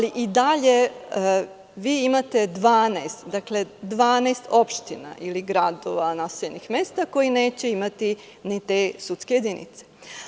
I dalje, vi imate 12 opština ili gradova naseljenih mesta koji neće imati ni te sudske jedinice.